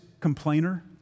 complainer